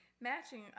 Matching